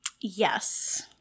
Yes